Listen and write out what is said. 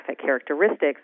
characteristics